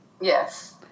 Yes